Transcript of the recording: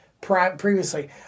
previously